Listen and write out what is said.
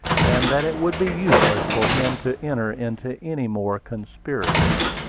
and that it would be useless for him to enter into any more conspiracies.